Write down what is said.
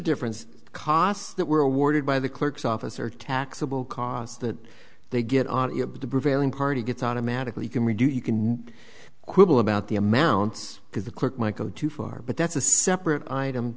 difference costs that were awarded by the clerk's office or taxable cost that they get on the prevailing party gets automatically can we do you can quibble about the amounts because the clerk might go too far but that's a separate item